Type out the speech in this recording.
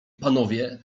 panowie